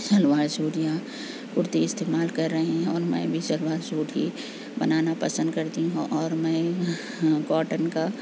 shalwar suit یا کرتی استعمال کر رہے ہیں ان میں بھی سلوار سوٹ ہی بنانا پسند کرتی ہوں اور میں کاٹن کا